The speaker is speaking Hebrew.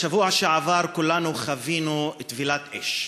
בשבוע שעבר כולנו חווינו טבילת אש,